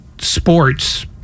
sports